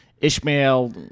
Ishmael